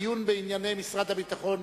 הדיון בענייני משרד הביטחון,